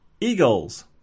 eagles